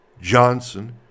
Johnson